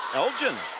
elgin.